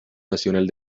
nacional